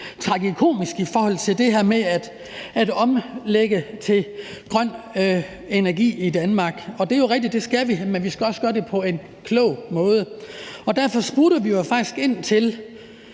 tragikomisk i forhold til det her med at omlægge til grøn energi i Danmark. Det er jo rigtigt, at det skal vi, men vi skal også gøre det på en klog måde. Derfor spurgte vi faktisk ind til